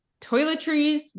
toiletries